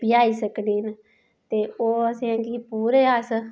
PI सकने न ते ओह् असेंगी पूरे अस